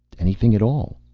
anything at all.